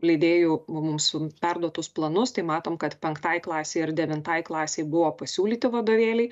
leidėjų mums perduotus planus tai matom kad penktai klasei ir devintai klasei buvo pasiūlyti vadovėliai